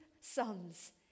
sons